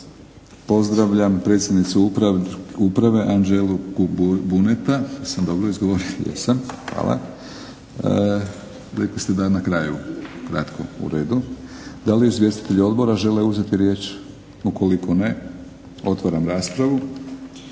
Pozdravljam predsjednicu Uprave Anđelu Buneta. Rekli ste da na kraju ukratko? U redu. Da li izvjestitelji odbora žele uzeti riječ? Ukoliko ne otvaram raspravu.